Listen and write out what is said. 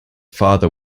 father